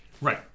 Right